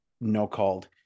no-called